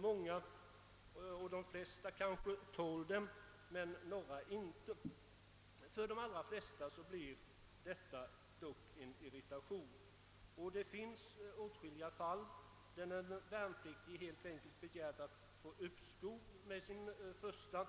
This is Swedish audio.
Många — kanske de flesta — tål det, men några tål det inte. För de allra flesta blir detta dock en irritation, och det finns åtskilliga fall där den värnpliktige helt enkelit begärt att få uppskov med sin första,